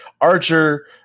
Archer